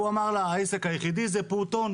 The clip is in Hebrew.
אם השלמת הרפורמה הזאת